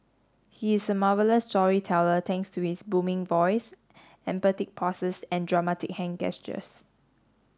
he is a marvellous storyteller thanks to his booming voice emphatic pauses and dramatic hand gestures